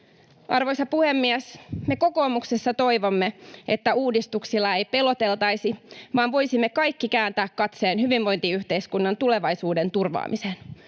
Arvoisa puhemies! Me kokoomuksessa toivomme, että uudistuksilla ei peloteltaisi vaan voisimme kaikki kääntää katseen hyvinvointiyhteiskunnan tulevaisuuden turvaamiseen.